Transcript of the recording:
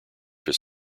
his